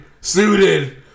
suited